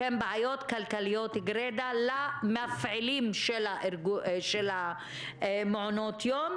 שהן בעיות כלכליות גרידא למפעילים של מעונות היום,